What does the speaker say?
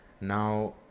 Now